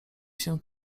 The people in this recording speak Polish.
się